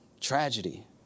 tragedy